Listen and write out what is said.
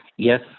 Yes